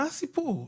מה הסיפור?